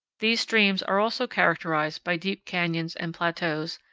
these streams are also characterized by deep canyons and plateaus,